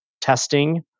testing